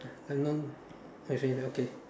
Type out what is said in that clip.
I know as in okay